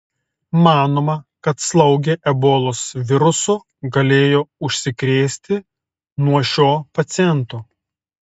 manoma kad slaugė ebolos virusu galėjo užsikrėsti nuo šio paciento